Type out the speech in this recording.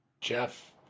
Jeff